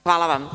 Hvala vam.